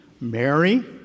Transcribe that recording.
Mary